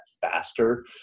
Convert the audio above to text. faster